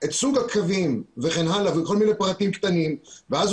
את סוג הקווים וכן הלאה וכל מיני פרטים קטנים ואז